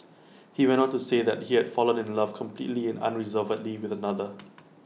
he went on to say that he had fallen in love completely and unreservedly with another